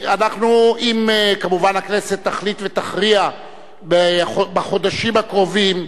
אם כמובן הכנסת תחליט ותכריע בחודשים הקרובים,